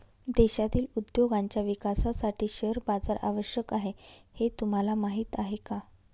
देशातील उद्योगांच्या विकासासाठी शेअर बाजार आवश्यक आहे हे तुम्हाला माहीत आहे का?